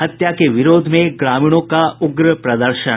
हत्या के विरोध में ग्रामीणों का उग्र प्रदर्शन